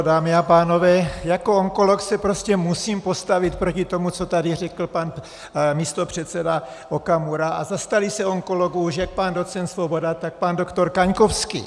Dámy a pánové, jako onkolog se prostě musím postavit proti tomu, co tady řekl pan místopředseda Okamura, a zastali se onkologů jak pan docent Svoboda, tak pan doktor Kaňkovský.